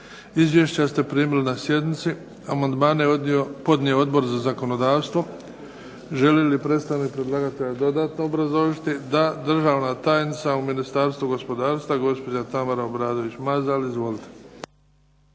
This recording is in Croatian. Izvješća ste primili na sjednici. Amandmane je podnio Odbor za zakonodavstvo. Želi li predstavnik predlagatelja dodatno obrazložiti? Da. Državna tajnica u Ministarstvu gospodarstva, gospođa Tamara Obradović Mazal. Izvolite.